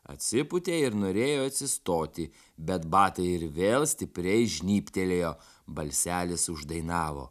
atsipūtė ir norėjo atsistoti bet batai ir vėl stipriai žnybtelėjo balselis uždainavo